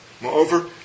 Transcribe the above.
Moreover